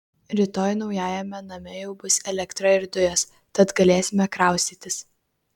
rytoj naujajame name jau bus elektra ir dujos tad galėsime kraustytis